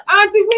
Auntie